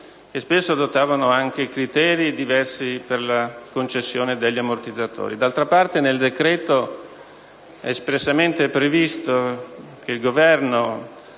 che spesso adottavano anche criteri diversi per la concessione degli ammortizzatori. D'altra parte, nel decreto-legge è espressamente previsto che il Governo